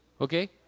Okay